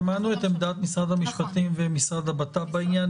שמענו את עמדת משרד הבריאות ומשרד הבט"פ בעניין.